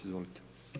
Izvolite.